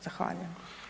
Zahvaljujem.